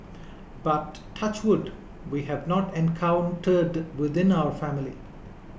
but touch wood we have not encountered within our family